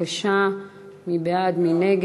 את זה אני בדיוק